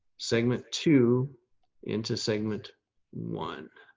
segment two into segment one.